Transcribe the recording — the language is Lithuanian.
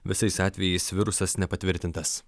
visais atvejais virusas nepatvirtintas